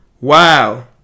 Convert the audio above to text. wow